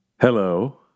Hello